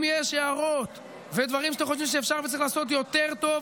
אם יש הערות ודברים שאתם חושבים שאפשר וצריך לעשות יותר טוב,